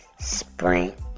sprint